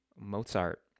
Mozart